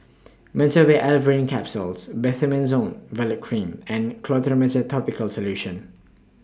Meteospasmyl Alverine Capsules Betamethasone Valerate Cream and Clotrimozole Topical Solution